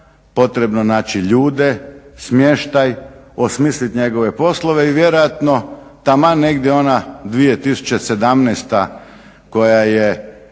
potrebno naći ljude, smještaj, osmislit njegove poslove i vjerojatno taman negdje ona 2017. koja je